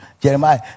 Jeremiah